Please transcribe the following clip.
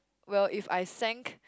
well if I sank